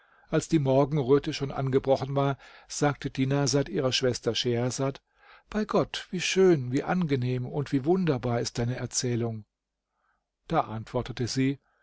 als die morgenröte schon angebrochen war sagte dinarsad ihrer schwester schehersad bei gott wie schön wie angenehm und wie wunderbar ist deine erzählung da antwortete sie